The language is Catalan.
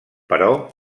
però